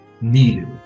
needed